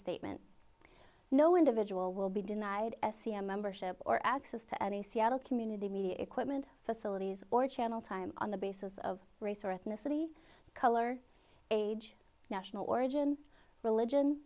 statement no individual will be denied s c m membership or access to any seattle community media equipment facilities or channel time on the basis of race or ethnicity color age national origin religion